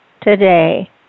today